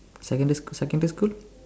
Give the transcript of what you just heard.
secondary secondary school